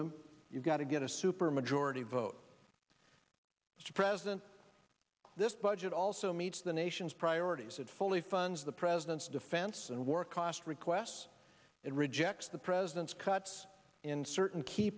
them you've got to get a supermajority vote mr president this budget also meets the nation's priorities it fully funds the president's defense and war cost requests and rejects the president's cuts in certain key